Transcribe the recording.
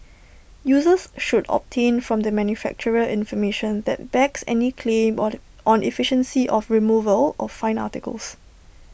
users should obtain from the manufacturer information that backs any claim on efficiency of removal of fine articles